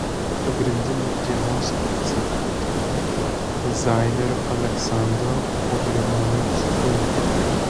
pagrindiniu dienos akcentu tapo dizainerio aleksandro pogrebnojaus šou